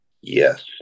Yes